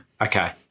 Okay